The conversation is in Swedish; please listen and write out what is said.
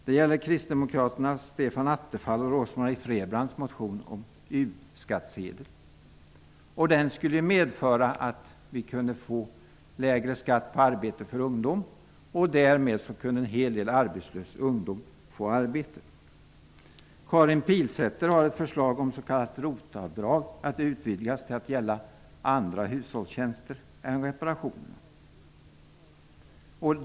Det gäller kristdemokraternas Stefan Attefalls och Rose-Marie Frebrans motion om U-skattesedel, vilken skulle medföra lägre skatt på arbete för ungdom. Därmed skulle en hel del arbetslös ungdom kunna få arbete. Karin Pilsäter har ett förslag om att det s.k. ROT-avdraget skall utvidgas till att omfatta andra hushållstjänster än reparation.